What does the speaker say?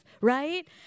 right